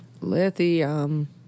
Lithium